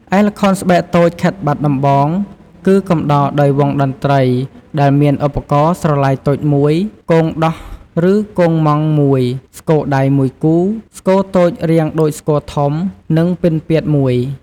ឯល្ខោនស្បែកតូចខេត្តបាត់ដំបង គឺកំដរដោយវង់តន្ត្រី ដែលមានឧបករណ៍ស្រឡៃតូច១ គងដោះឬគងម៉ង់១ ស្គរដៃ១គូ ស្គរតូចរាងដូចស្គរធំ និងពិណពាទ្យ១ ។